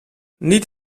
niet